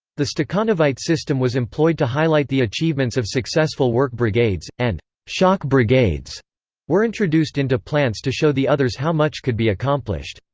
the stakhanovite system was employed to highlight the achievements of successful work brigades, and shock brigades were introduced into plants to show the others how much could be accomplished.